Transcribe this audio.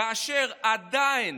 כאשר עדיין,